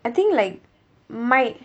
I think like might